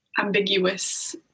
ambiguous